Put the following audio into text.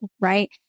right